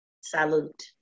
Salute